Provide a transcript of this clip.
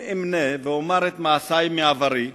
אם אמנה ואומר את מעשי מעברי,